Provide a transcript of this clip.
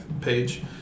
page